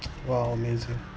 !wow! amazing